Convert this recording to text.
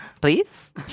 Please